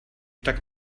tak